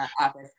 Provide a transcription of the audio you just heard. office